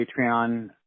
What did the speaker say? Patreon